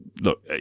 look